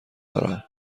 دارم